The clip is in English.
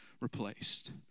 replaced